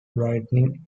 brightening